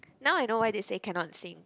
now I know why they say cannot sing